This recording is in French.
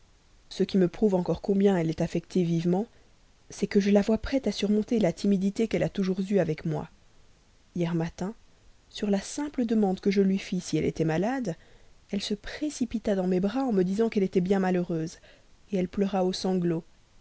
ce qui me prouve encore combien elle est affectée vivement c'est que je la vois prête à surmonter la timidité qu'elle a toujours eue avec moi hier matin sur la simple demande que je lui fis si elle était malade elle se précipita dans mes bras en me disant qu'elle était bien malheureuse elle pleura aux sanglots